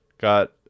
got